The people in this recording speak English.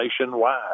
nationwide